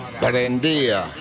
Prendía